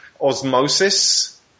osmosis